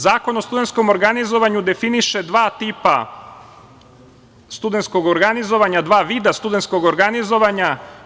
Zakon o studentskom organizovanju definiše dva tipa studentskog organizovanja, dva vida studentskog organizovanja.